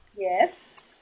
Yes